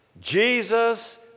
Jesus